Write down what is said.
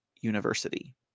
University